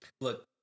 look